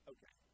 Okay